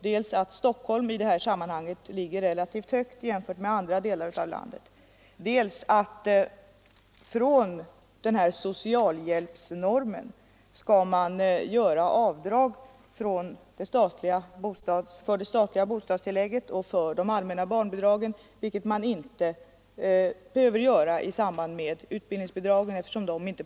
Dels ligger Stockholm i detta hänseende relativt högt jämfört med andra delar av landet, dels måste man från socialhjälpsnormen göra avdrag för de statliga bostadstilläggen och de allmänna barnbidragen, vilket man inte behöver göra i samband med utbildningsbidragen.